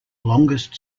longest